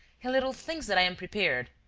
he little thinks that i am prepared.